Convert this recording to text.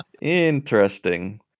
Interesting